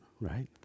right